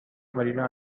mariana